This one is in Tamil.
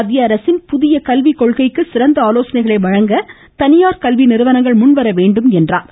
மத்திய அரசின் புதிய கல்வி கொள்கைக்கு சிறந்த ஆலோசனைகளை வழங்க தனியார் கல்வி நிறுவனங்கள் முன்வர வேண்டும் என்றார்